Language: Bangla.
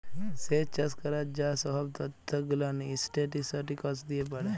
স্যেচ চাষ ক্যরার যা সহব ত্যথ গুলান ইসট্যাটিসটিকস দিয়ে পড়ে